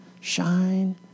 shine